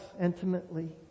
intimately